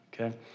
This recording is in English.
Okay